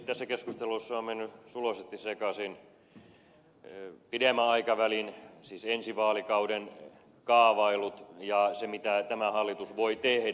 tässä keskustelussa ovat menneet suloisesti sekaisin pidemmän aikavälin siis ensi vaalikauden kaavailut ja se mitä tämä hallitus voi tehdä